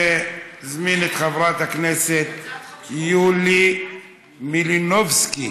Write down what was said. אני מזמין את חברת הכנסת יולי מלינובסקי,